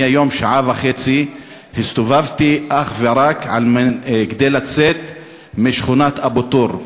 אני הסתובבתי היום שעה וחצי אך ורק כדי לצאת משכונת אבו-תור.